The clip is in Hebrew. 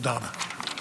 תודה רבה.